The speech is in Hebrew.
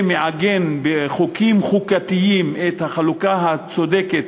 שמעגן בחוקים חוקתיים את החלוקה הצודקת